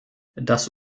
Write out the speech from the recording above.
das